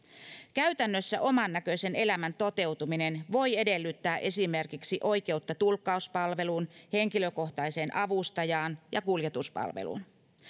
käytännössä omannäköisen elämän toteutuminen voi edellyttää esimerkiksi oikeutta tulkkauspalveluun henkilökohtaiseen avustajaan ja kuljetuspalveluun